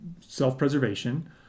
self-preservation